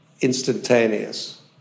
instantaneous